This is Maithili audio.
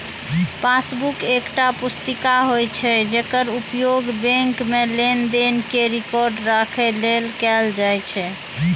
पासबुक एकटा पुस्तिका होइ छै, जेकर उपयोग बैंक मे लेनदेन के रिकॉर्ड राखै लेल कैल जाइ छै